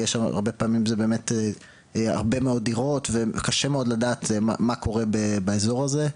והרבה פעמים באמת זה הרבה מאוד דירות וקשה מאוד לדעת מה קורה באזור הזה,